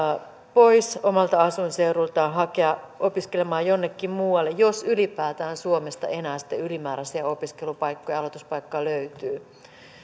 pois omalta asuinseudultaan hakea opiskelemaan jonnekin muualle jos ylipäätään suomesta enää sitten ylimääräisiä opiskelupaikkoja aloituspaikkoja löytyy